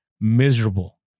miserable